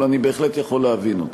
אבל אני בהחלט יכול להבין אותה.